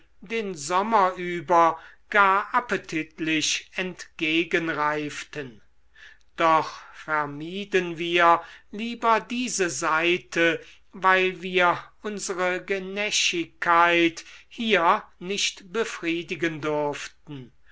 den sommer über gar appetitlich entgegenreiften doch vermieden wir lieber diese seite weil wir unsere genäschigkeit hier nicht befriedigen durften